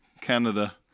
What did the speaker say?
Canada